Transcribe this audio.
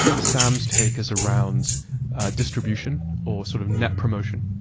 sam's take is around a distribution or sort of net promotion,